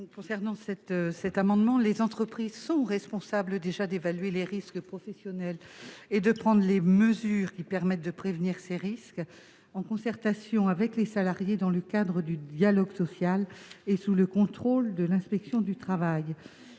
sociales ? Les entreprises sont déjà chargées d'évaluer les risques professionnels et de prendre les mesures qui permettent de prévenir ces risques, en concertation avec les salariés dans le cadre du dialogue social et sous le contrôle de l'inspection du travail.